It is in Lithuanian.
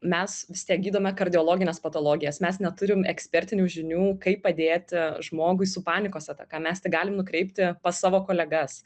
mes vis tiek gydome kardiologines patologijas mes neturim ekspertinių žinių kaip padėti žmogui su panikos ataka mes tik galim nukreipti pas savo kolegas